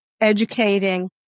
educating